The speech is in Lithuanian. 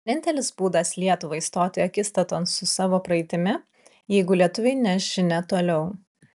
vienintelis būdas lietuvai stoti akistaton su savo praeitimi jeigu lietuviai neš žinią toliau